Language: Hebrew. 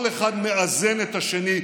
כל אחד מאזן את השני,